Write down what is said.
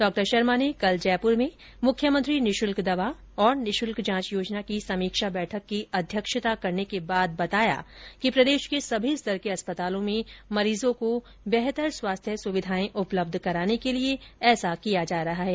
डॉ शर्मा ने कल जयपूर में मुख्यमंत्री निशुल्क दवा और निशुल्क जांच योजना की समीक्षा बैठक की अध्यक्षता करने के बाद बताया कि प्रदेश के सभी स्तर के अस्पतालों में मरीजों को बेहतर स्वास्थ्य सुविधाए उपलब्ध कराने के लिए ऐसा किया जा रहा है